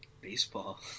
baseball